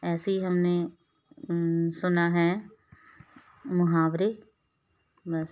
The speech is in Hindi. ऐसी हमने सुना है मुहावरे बस